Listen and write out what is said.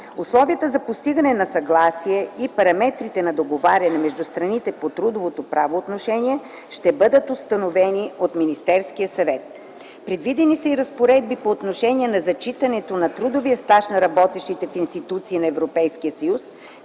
Условията за постигането на съгласие и параметрите на договаряне между страните по трудовото правоотношение ще бъдат установени от Министерския съвет. Предвидени са и разпоредби по отношение на зачитането на трудов стаж на работещите в институции на Европейския съюз,